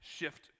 shift